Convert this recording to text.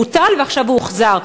הוא בוטל ועכשיו הוא הוחזר.